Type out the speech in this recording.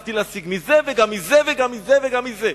הצלחתי להשיג מזה וגם מזה וגם מזה וגם מזה.